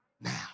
now